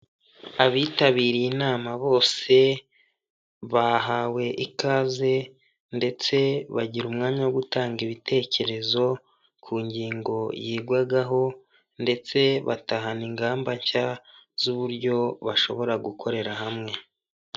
Abitabiriye inama bose bahawe ikaze ndetse bagira umwanya wo gutanga ibitekerezo ku ngingo yigwagaho ndetse batahana ingamba nshya z'uburyo bashobora gukorera hamwe.